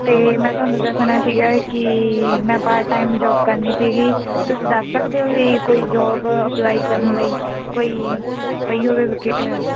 ਅਤੇ ਮੈਂ ਤੁਹਾਨੂੰ ਦੱਸਣਾ ਸੀਗਾ ਕਿ ਮੈਂ ਪਾਰਟ ਟਾਈਮ ਜੋਬ ਕਰਨੀ ਸੀਗੀ ਤੁਸੀਂ ਦੱਸ ਸਕਦੇ ਹੋ ਵੀ ਕੋਈ ਜੋਬ ਅਪਲਾਈ ਕਰਨ ਲਈ ਕੋਈ ਪਈ ਹੋਵੇ ਵਕ